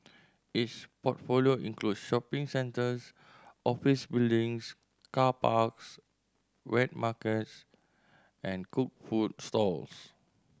its portfolio include shopping centres office buildings car parks wet markets and cooked food stalls